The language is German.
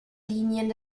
linien